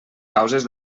causes